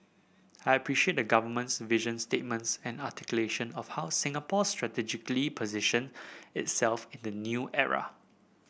I appreciate the Government's vision statements and articulation of how Singapore should strategically position itself in the new era